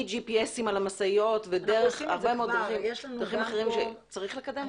מ-GPS על המשאיות ודרכים אחרות שצריך לקדם.